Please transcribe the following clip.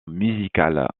musicale